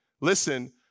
Listen